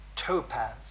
Topaz